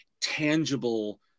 tangible